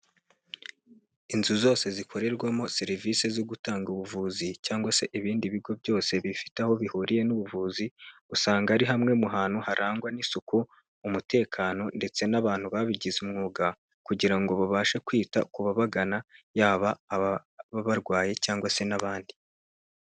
Inzu zose zikorerwamo serivisi zo gutanga ubuvuzi cyangwa se ibindi bigo byose bifite aho bihuriye n'ubuvuzi, usanga ari hamwe mu hantu harangwa n'isuku, umutekano ndetse n'abantu babigize umwuga kugira ngo babashe kwita ku babagana yaba aba barwaye cyangwa se n'abandi.